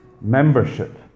membership